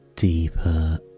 deeper